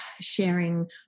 sharing